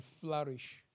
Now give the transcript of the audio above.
flourish